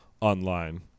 online